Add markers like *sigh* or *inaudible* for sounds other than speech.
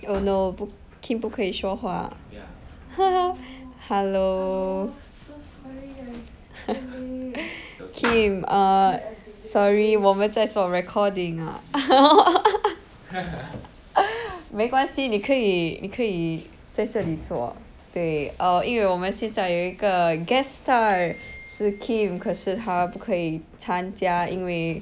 oh no 不 kim 不可以说话 ha ha hello hello so sorry kim err sorry 我们在做 recording ah *laughs* 没关系你可以你可以在这里坐对因为我们现在有一个 guests 他是 kim 可是他不可以参加因为